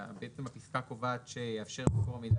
הפסקה קובעת ש"יאפשר מקור מידע